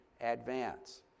advance